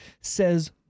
says